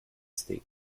state